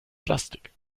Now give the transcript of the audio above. plastik